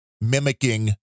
mimicking